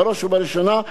ולשמחתי הרבה,